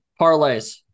Parlays